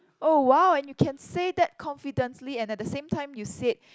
oh wow and you can say that confidently and at the same time you said